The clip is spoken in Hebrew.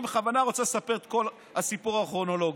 אני בכוונה רוצה לספר את כל הסיפור הכרונולוגי.